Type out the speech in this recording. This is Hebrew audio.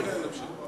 שיישאר על סדר-היום.